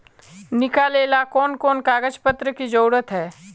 निकाले ला कोन कोन कागज पत्र की जरूरत है?